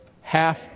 half